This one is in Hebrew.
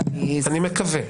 אני מקווה.